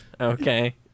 Okay